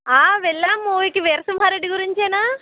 వెళ్ళాము మూవీకి వీర సింహారెడ్డి గురించేనా